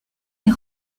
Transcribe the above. est